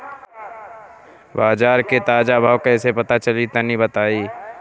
बाजार के ताजा भाव कैसे पता चली तनी बताई?